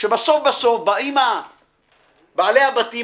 שבסוף בסוף באים בעלי הבתים,